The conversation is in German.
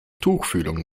tuchfühlung